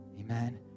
amen